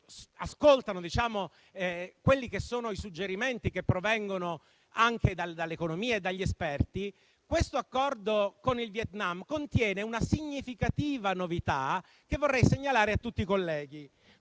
ascoltano i suggerimenti provenienti dall'economia e dagli esperti, l'accordo con il Vietnam contiene una significativa novità, che vorrei segnalare a tutti i colleghi.